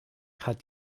hat